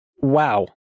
Wow